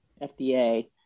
FDA